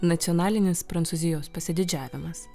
nacionalinės prancūzijos pasididžiavimas